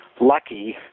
lucky